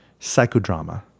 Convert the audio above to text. psychodrama